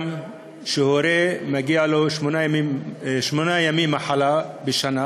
שלהורה מגיעים שמונה ימי מחלה בשנה